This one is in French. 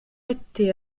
été